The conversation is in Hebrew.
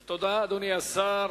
תודה, אדוני השר.